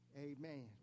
Amen